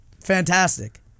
fantastic